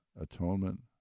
atonement